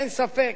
אין ספק